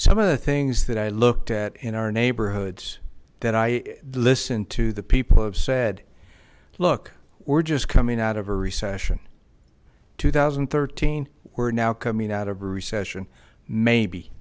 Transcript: some of the things that i looked at in our neighborhoods that i listen to the people have said look we're just coming out of a recession two thousand and thirteen we're now coming out of recession maybe